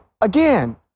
again